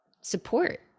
support